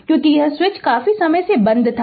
क्योंकि यह स्विच काफी समय से बंद था